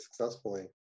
successfully